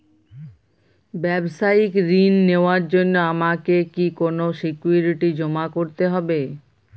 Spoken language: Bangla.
ব্যাবসায়িক ঋণ নেওয়ার জন্য আমাকে কি কোনো সিকিউরিটি জমা করতে হবে?